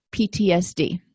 PTSD